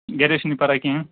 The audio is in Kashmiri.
گَرے چھےٚ نہٕ پتاہ کِہیٖنٛۍ